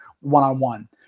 one-on-one